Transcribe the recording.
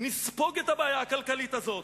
נספוג את הבעיה הכלכלית הזאת,